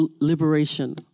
liberation